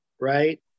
Right